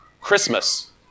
Christmas